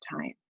time